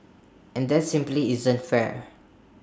and that simply isn't fair